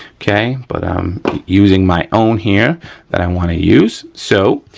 okay, but i'm using my own here that i wanna use. so,